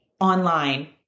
online